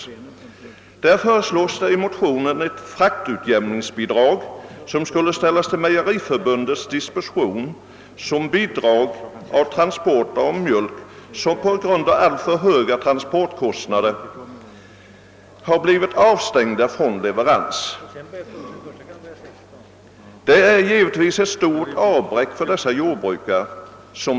I motionen föreslås att ett fraktutjämningsbidrag skall ställas till mejeriförbundets disposition som bidrag till mjölkproducenter som på grund av alltför höga fraktkostnader blivit utestängda från möjligheten att få en lönsam avsättning för sin produktion.